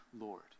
Lord